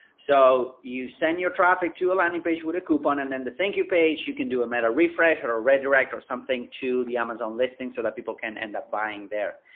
so you send your traffic to a landing page with a coupon. and then the thank you page, you can do a meta refresh or redirect or something to the amazon listing so that people can end up buying there.